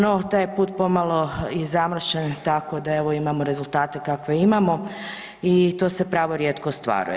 No taj put je pomalo i zamršen tako da evo imamo rezultate kakve imamo i to se pravo rijetko ostvaruje.